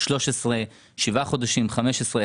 שבעה חודשים ב-2013,